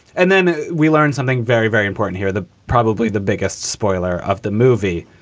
and then we learn something very, very important here. the probably the biggest spoiler of the movie,